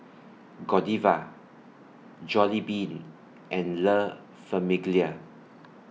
Godiva Jollibean and La Famiglia